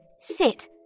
Sit